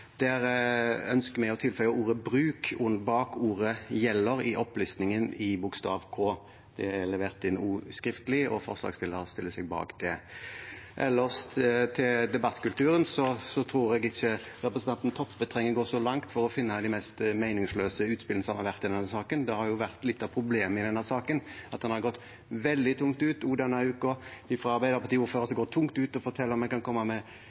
Der ønsket vi å tilføye ordet «bruk» bak ordet «gjelder» i oppramsingen i bokstav k). Det er også innlevert skriftlig, og forslagsstillerne stiller seg bak det. Ellers, når det gjelder debattkulturen, tror jeg ikke representanten Toppe trenger å gå så langt for å finne de mest meningsløse utspillene som har vært i denne saken. Det har vært litt av problemet i denne saken at bl.a. Arbeiderparti-ordførere har gått veldig tungt ut denne uken og fortalt at man kan komme med hasj nok til hele klassen, for nå blir alt lov. Det blir ikke lov med